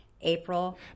April